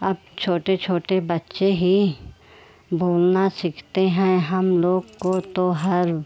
अब छोटे छोटे बच्चे ही बोलना सीखते हैं हम लोग को तो हर